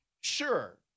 sure